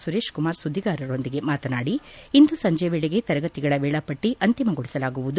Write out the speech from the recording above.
ಸುರೇಶ್ ಕುಮಾರ್ ಸುದ್ದಿಗಾರರೊಂದಿಗೆ ಮಾತನಾಡಿ ಇಂದು ಸಂಜೆ ವೇಳೆಗೆ ತರಗತಿಗಳ ವೇಳಾಪಟ್ಟ ಅಂತಿಮಗೊಳಿಸಲಾಗುವುದು